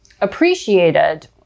appreciated